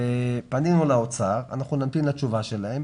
פנינו לאוצר, אנחנו נמתין לתשובה שלהם.